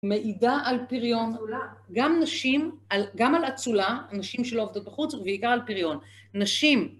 מעידה על פריון, גם נשים, גם על אצולה, נשים שלא עובדות בחוץ, ובעיקר על פריון, נשים